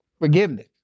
forgiveness